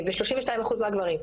ו-32 אחוזים מהגברים.